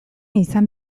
izan